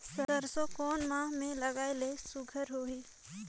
सरसो कोन माह मे लगाय ले सुघ्घर होही?